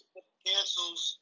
Cancels